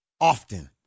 Often